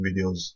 videos